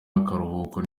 akaruhuko